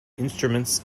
instruments